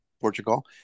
Portugal